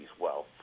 wealth